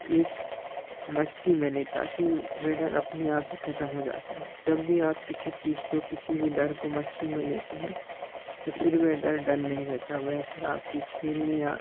एक मस्ती में लेता कि वह डर अपने आप ही ख़त्म हो जाता है जब भी आप किसी चीज़ को किसी भी डर को मस्ती में लेते हैं तो फिर वह डर डर नहीं रहता वह फिर आपकी खेलने या